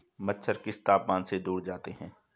मच्छर किस तापमान से दूर जाते हैं?